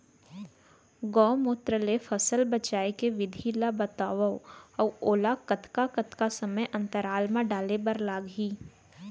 गौमूत्र ले फसल बचाए के विधि ला बतावव अऊ ओला कतका कतका समय अंतराल मा डाले बर लागही?